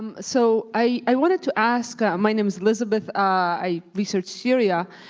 um so i wanted to ask. my name's elizabeth. i research syria,